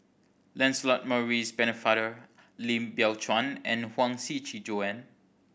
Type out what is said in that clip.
Lancelot Maurice Pennefather Lim Biow Chuan and Huang Shiqi Joan